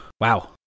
Wow